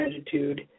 attitude